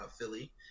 Philly